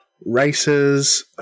Races